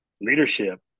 Leadership